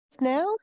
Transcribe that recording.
Now